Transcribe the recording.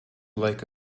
like